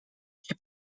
się